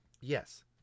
Yes